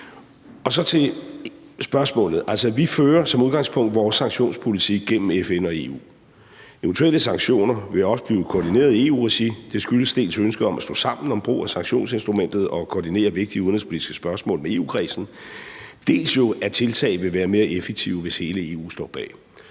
EU. Så til spørgsmålet. Altså, vi fører som udgangspunkt vores sanktionspolitik gennem FN og EU. Eventuelle sanktioner vil også blive koordineret i EU-regi. Det skyldes dels ønsket om at stå sammen om brug af sanktionsinstrumentet og koordinere vigtige udenrigspolitiske spørgsmål med EU-kredsen, dels at tiltag vil være mere effektive, hvis hele EU står bag.